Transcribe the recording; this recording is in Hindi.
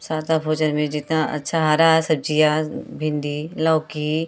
सादा भोजन में जितना अच्छा हरा सब्ज़ियाँ भिंडी लौकी